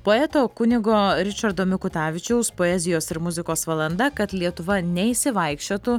poeto kunigo ričardo mikutavičiaus poezijos ir muzikos valanda kad lietuva neišsivaikščiotų